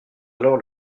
alors